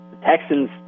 Texans